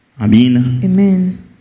Amen